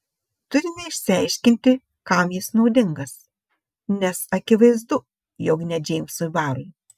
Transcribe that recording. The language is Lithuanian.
turime išsiaiškinti kam jis naudingas nes akivaizdu jog ne džeimsui barui